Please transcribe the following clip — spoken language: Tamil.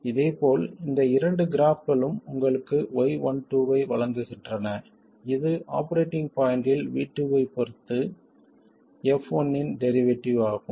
இதேபோல் இந்த இரண்டு கிராஃப்களும் உங்களுக்கு y12 ஐ வழங்குகின்றன இது ஆபரேட்டிங் பாய்ண்ட்டில் V2 ஐப் பொறுத்து f1 இன் டெரிவேட்டிவ் ஆகும்